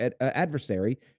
adversary